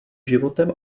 životem